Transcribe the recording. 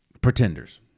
Pretenders